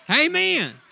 Amen